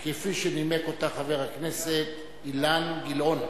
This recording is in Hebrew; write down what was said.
כפי שנימק אותה חבר הכנסת אילן גילאון.